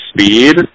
speed